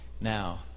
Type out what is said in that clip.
Now